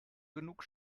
genug